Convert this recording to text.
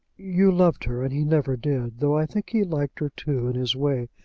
you loved her, and he never did though i think he liked her too in his way.